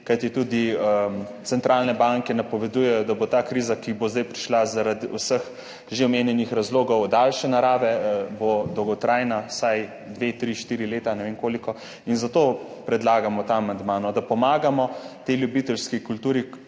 kajti tudi centralne banke napovedujejo, da bo ta kriza, ki bo zdaj prišla zaradi vseh že omenjenih razlogov, daljše narave, bo dolgotrajna, vsaj dve, tri, štiri leta, ne vem, koliko. Zato predlagamo ta amandma. Da pomagamo tej ljubiteljski kulturi,